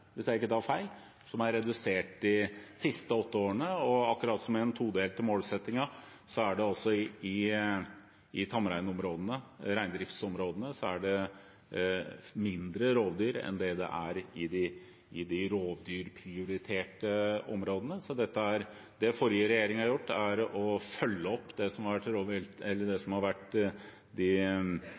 hvis jeg ikke tar feil, de siste åtte årene. Akkurat som i den todelte målsettingen er det i reindriftsområdene mindre rovdyr enn det er i de rovdyrprioriterte områdene. Det forrige regjering har gjort, er å følge opp vedtakene fra Stortinget. Jeg viser til at det har vært vellykket. Vi har en sterk beitenæring i Norge, akkurat som vi også har klart å opprettholde en rovviltforvaltning med rovviltbestander som ikke har